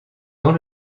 dans